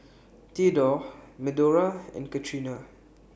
Thedore Medora and Catrina